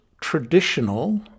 traditional